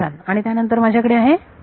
खूप छान आणि त्यानंतर माझ्याकडे आहे